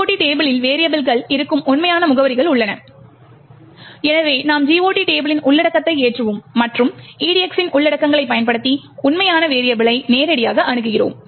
GOT டேபிளில் வெரியபிள்கள் இருக்கும் உண்மையான முகவரிகள் உள்ளன எனவே நாம் GOT டேபிளின் உள்ளடக்கத்தை ஏற்றுவோம் மற்றும் EDX இன் உள்ளடக்கங்களைப் பயன்படுத்தி உண்மையான வெரியபிளை நேரடியாக அணுகுவோம்